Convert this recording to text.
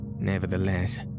Nevertheless